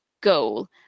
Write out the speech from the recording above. goal